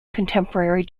contemporary